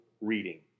reading